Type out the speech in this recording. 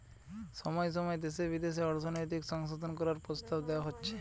সময় সময় দেশে বিদেশে অর্থনৈতিক সংশোধন করার প্রস্তাব দেওয়া হচ্ছে